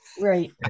Right